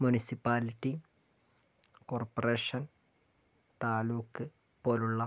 municipality corporation taluk പോലുള്ള